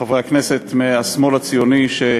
חברי הכנסת מהשמאל הציוני,